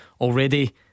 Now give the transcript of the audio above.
already